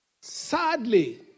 sadly